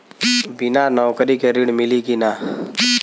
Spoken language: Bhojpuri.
बिना नौकरी के ऋण मिली कि ना?